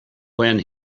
when